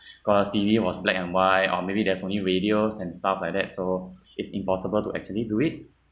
cause T_V was black and white or maybe they have only radios and stuff like that so it's impossible to actually do it